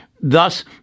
Thus